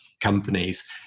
companies